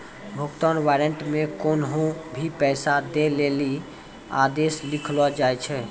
भुगतान वारन्ट मे कोन्हो भी पैसा दै लेली आदेश लिखलो जाय छै